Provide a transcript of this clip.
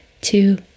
two